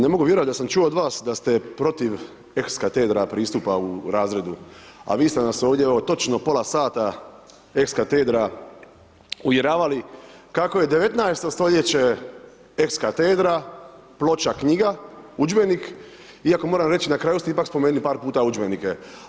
Ne mogu vjerovati da sam čuo odo vas da ste protiv ex katedra pristupa u razredu, a vi ste nas ovdje, evo točno pola sata, ex katedra uvjeravali kako je 19. stoljeće ex katedra, ploča, knjiga, udžbenik, iako moram reći na kraju ste ipak spomenuli par puta udžbenike.